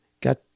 got